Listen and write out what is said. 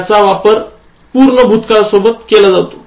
याचा वापर पूर्ण भूतकाळासोबत केला जातो